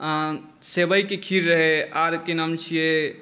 सेवईके खीर रहै आर की नाम छियै